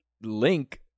link